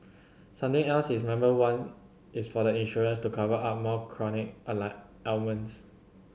something else its member want is for the insurance to cover more chronic ailments